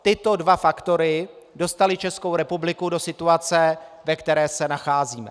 Tyto dva faktory dostaly Českou republiku do situace, ve které se nacházíme.